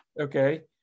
Okay